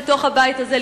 בתוך הבית הזה,